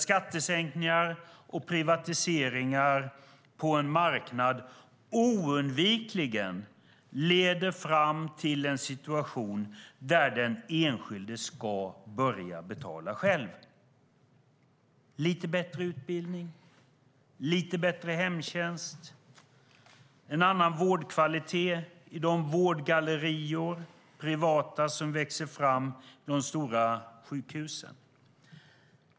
Skattesänkningar och privatiseringar på en marknad leder oundvikligen fram till en situation där den enskilde ska börja betala själv - för lite bättre utbildning, lite bättre hemtjänst, en annan vårdkvalitet i de privata vårdgallerior som växer fram i de stora sjukhusen.